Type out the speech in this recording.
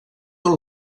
tot